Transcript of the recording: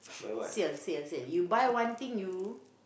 sale sale sale you buy one thing you